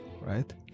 right